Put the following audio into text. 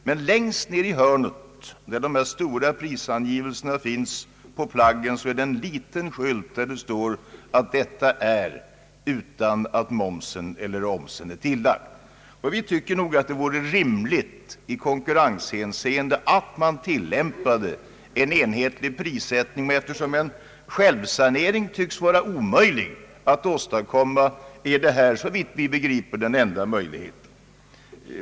Men längst ned i hörnet finns en liten skylt som talar om att moms inte är inräknad. Vi anser att det ur konkurrenshänseende vore rimligt att man tillämpade en enhetlig prissättning. Eftersom en självsanering tycks vara omöjlig att åstadkomma är det här såvitt vi förstår den enda möjligheten.